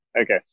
Okay